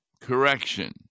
correction